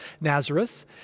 Nazareth